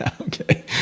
okay